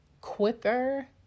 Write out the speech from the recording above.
quicker